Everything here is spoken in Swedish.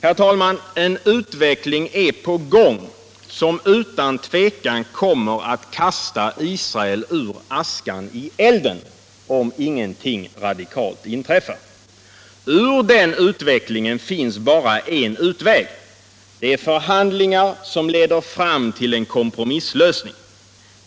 Herr talman! En utveckling är på gång som utan tvivel kommer att kasta Israel ur askan i elden, om ingenting radikalt inträffar. Ur detta finns bara en utväg — det är förhandlingar som leder fram till en kompromisslösning.